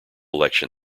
election